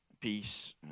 peace